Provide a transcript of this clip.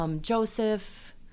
Joseph